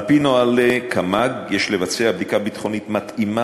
על-פי נוהלי קמ"ג, יש לבצע בדיקה ביטחונית מתאימה